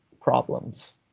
problems